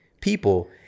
people